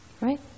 right